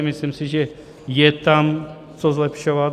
Myslím si, že je tam co zlepšovat.